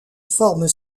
forme